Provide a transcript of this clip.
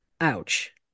Ouch